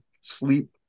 sleep